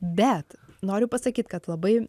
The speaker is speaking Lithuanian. bet noriu pasakyt kad labai